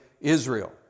Israel